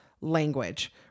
language